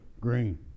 Green